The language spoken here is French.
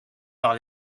par